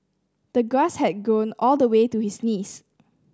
the grass had grown all the way to his knees